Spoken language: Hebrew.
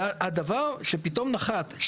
הדבר שפתאום נחת,